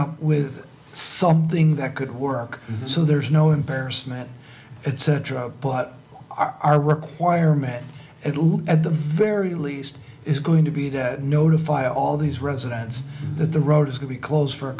up with something that could work so there's no embarrassment at central our requirement at look at the very least is going to be to notify all these residents that the road is going to close for a